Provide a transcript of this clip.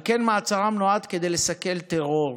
על כן, מעצרם נועד לסכל טרור.